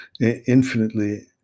infinitely